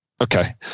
Okay